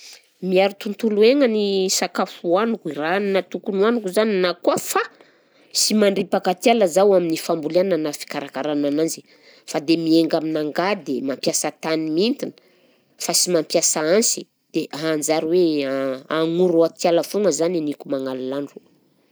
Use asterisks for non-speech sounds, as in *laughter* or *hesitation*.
Miaro tontolo iaigna ny sakafo hohaniko, raha hanina tokony hohaniko zany na koa fa sy mandripaka atiala zaho amin'ny famboliàna na fikarakarana ananzy, fa dia miainga amin'angady, mampiasa tany mintiny fa sy mampiasa ansy, dia hanjary hoe *hesitation* hagnoro atiala foagna zany niniko magnalilandro.